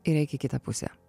ir eik į kitą pusę